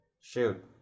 Shoot